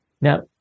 Now